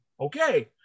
Okay